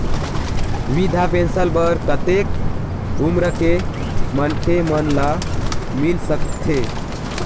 वृद्धा पेंशन बर कतेक उम्र के मनखे मन ल मिल सकथे?